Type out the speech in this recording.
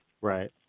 Right